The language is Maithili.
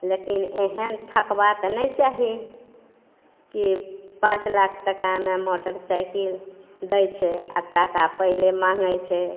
लेकिन एहेन ठकबा तऽ नहि चाही की पाँच लाख टकामे मोटरसाइकिल दै छै आ टाका पहिले माङ्गै छै